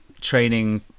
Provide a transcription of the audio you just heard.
training